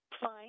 Fine